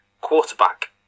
Quarterback